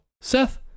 Seth